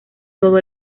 todo